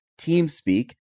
TeamSpeak